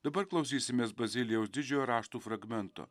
dabar klausysimės bazilijaus didžiojo raštų fragmento